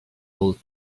old